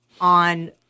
on